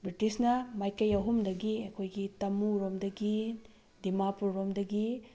ꯕ꯭ꯔꯤꯇꯤꯁꯅ ꯃꯥꯏꯀꯩ ꯑꯍꯨꯝꯗꯒꯤ ꯑꯩꯈꯣꯏꯒꯤ ꯇꯃꯨꯔꯣꯝꯗꯒꯤ ꯗꯤꯃꯥꯄꯨꯔꯔꯣꯝꯗꯒꯤ